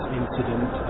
incident